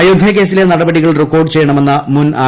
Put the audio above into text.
അയോധൃ കേസിലെ നടപടികൾ റെക്കോർഡ് ്ചെയ്യണമെന്ന മുൻ ആർ